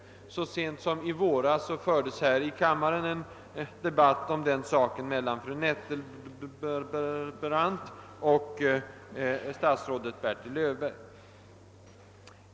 Så sent som i våras fördes här i kammaren en debatt i den frågan mellan fru Nettelbrandt och statsrådet Löfberg.